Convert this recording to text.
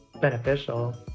beneficial